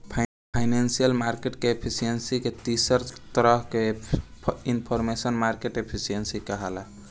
financial market के efficiency के तीसर तरह के इनफॉरमेशनल मार्केट एफिशिएंसी कहाला